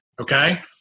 Okay